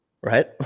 right